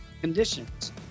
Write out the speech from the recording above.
conditions